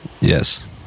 yes